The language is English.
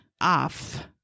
off